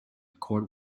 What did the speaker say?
cord